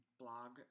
blog